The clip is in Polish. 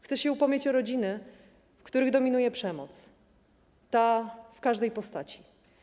Chcę się upomnieć o rodziny, w których dominuje przemoc, ta w każdej postaci.